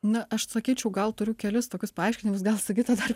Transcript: na aš sakyčiau gal turiu kelis tokius paaiškinimus gal sigita dar